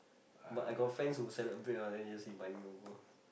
but I got friends who celebrate ah then they just invite me over